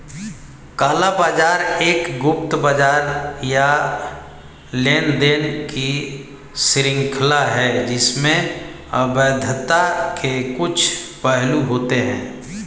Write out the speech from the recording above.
काला बाजार एक गुप्त बाजार या लेनदेन की श्रृंखला है जिसमें अवैधता के कुछ पहलू होते हैं